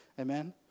Amen